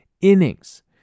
innings